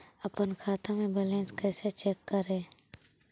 अपन खाता के बैलेंस कैसे चेक करे?